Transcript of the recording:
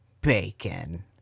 Bacon